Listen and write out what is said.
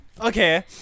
Okay